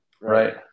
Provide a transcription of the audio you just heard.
right